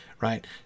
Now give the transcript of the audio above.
right